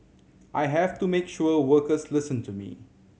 I have to make sure workers listen to me